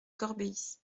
corbéis